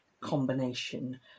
combination